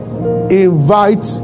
Invite